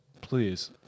Please